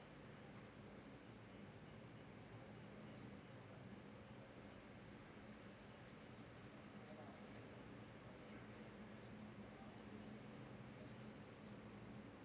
uh